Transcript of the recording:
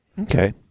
Okay